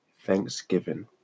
thanksgiving